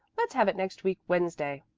let's have it next week wednesday.